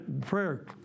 prayer